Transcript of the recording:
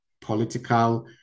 political